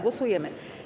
Głosujemy.